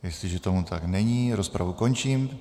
Jestliže tomu tak není, rozpravu končím.